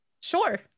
sure